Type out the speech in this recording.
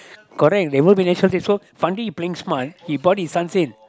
correct there won't be something so Fandis playing smart he bought his son same